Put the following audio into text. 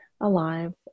alive